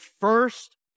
first